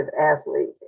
athlete